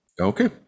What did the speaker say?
Okay